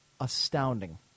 Astounding